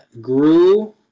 grew